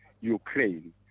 Ukraine